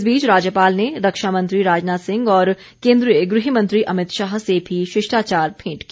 इस बीच राज्यपाल ने रक्षा मंत्री राजनाथ सिंह और केन्द्रीय गृह मंत्री अमित शाह से भी शिष्टाचार भेंट की